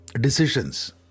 Decisions